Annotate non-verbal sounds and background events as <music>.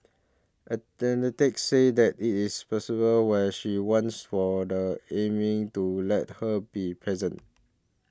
<unintelligible> say that it is plausible where she wants for the Amy to let her be present